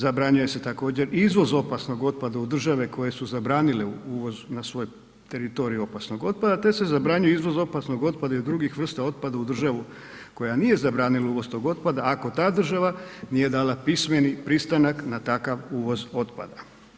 Zabranjuje se također izvoz opasnog otpada u države koje su zabranile uvoz na svoj teritorij opasnog otpada te se zabranjuje izvoz opasnog otpada i drugih vrsta otpada u državu koja nije zabranila uvoz tog otpada, ako ta država nije dala pismeni pristanak na takav uvoz otpada.